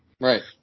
Right